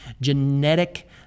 genetic